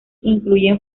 incluyen